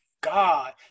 God